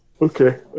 okay